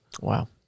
wow